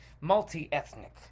Multi-ethnic